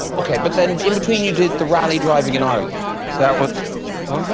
okay, but then in between you did the rally driving in ireland that was